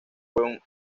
fue